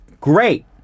great